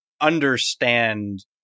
understand